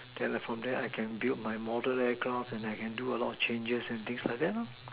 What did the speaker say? then I from there I get build my model aircraft and I can do a lot of changes and things like that lor